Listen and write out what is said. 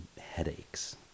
headaches